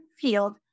field